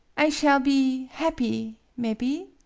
i shall be happy mebby.